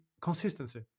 consistency